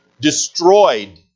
destroyed